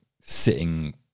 sitting